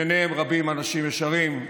רבים ביניהם אנשים ישרים,